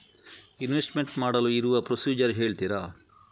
Investment ಮಾಡಲು ಇರುವ procedure ಹೇಳ್ತೀರಾ?